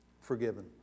forgiven